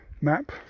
map